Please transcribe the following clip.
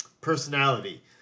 personality